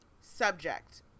subject